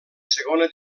segona